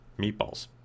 Meatballs